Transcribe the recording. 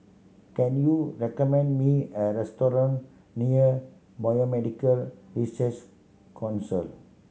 can you recommend me a restaurant near Biomedical Research Council